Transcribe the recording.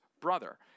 brother